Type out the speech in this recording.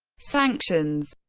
sanctions